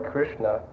Krishna